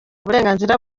uburenganzira